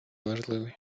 важливий